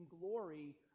glory